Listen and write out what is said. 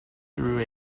through